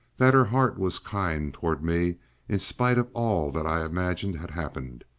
that her heart was kind toward me in spite of all that i imagined had happened.